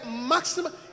maximum